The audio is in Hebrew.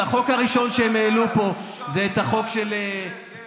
החוק הראשון שהם העלו פה זה החוק של הסמכויות,